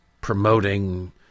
promoting